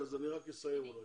בסדר.